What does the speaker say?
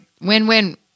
win-win